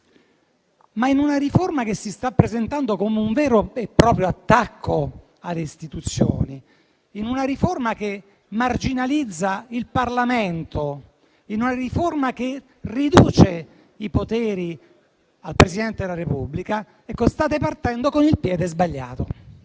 in una riforma che si sta presentando come un vero e proprio attacco alle istituzioni, in una riforma che marginalizza il Parlamento, in una riforma che riduce i poteri del Presidente della Repubblica, state partendo con il piede sbagliato.